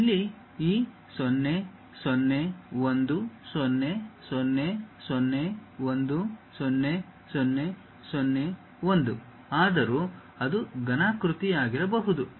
ಇಲ್ಲಿ ಈ 0 0 1 0 0 0 1 0 0 0 1 ಆದರೂ ಅದು ಘನಾಕೃತಿಯಾಗಿರಬಹುದು